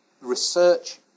research